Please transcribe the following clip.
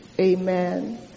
Amen